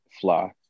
fly